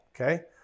okay